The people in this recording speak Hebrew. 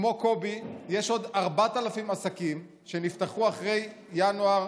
כמו קובי יש עוד 4,000 עסקים שנפתחו אחרי ינואר